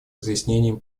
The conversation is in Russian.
разъяснением